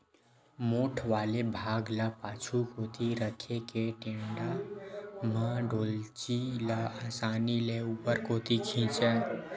मोठ वाले भाग ल पाछू कोती रखे के टेंड़ा म डोल्ची ल असानी ले ऊपर कोती खिंचय